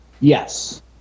Yes